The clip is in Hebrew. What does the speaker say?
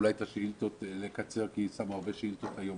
אולי את השאילתות לקצר כי שמו הרבה שאילתות היום,